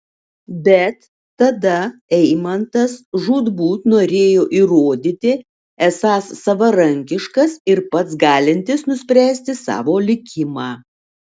bet tada eimantas žūtbūt norėjo įrodyti esąs savarankiškas ir pats galintis nuspręsti savo likimą